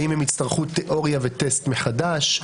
האם הם יצטרכו תיאוריה וטסט מחדש?